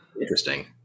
Interesting